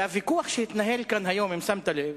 הוויכוח שהתנהל פה היום, אם שמת לב,